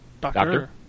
Doctor